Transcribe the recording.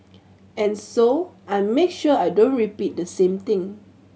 and so I make sure I don't repeat the same thing